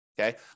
okay